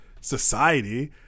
society